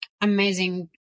amazing